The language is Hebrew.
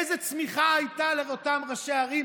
איזו צמיחה הייתה לאותם ראשי ערים,